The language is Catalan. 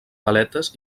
galetes